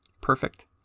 Perfect